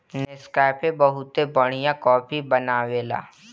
Nescafe बहुते बढ़िया coffee बनावेला